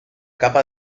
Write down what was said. capa